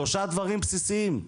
שלושה דברים בסיסיים: